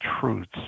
truths